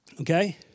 Okay